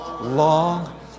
Long